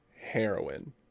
heroin